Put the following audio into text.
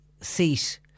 seat